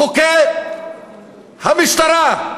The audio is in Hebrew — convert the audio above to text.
חוקי המשטרה,